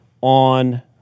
on